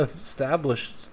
established